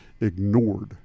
ignored